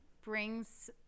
Brings